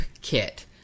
kit